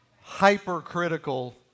hypercritical